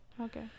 Okay